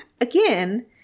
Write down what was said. again